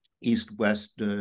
east-west